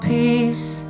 peace